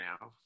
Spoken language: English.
now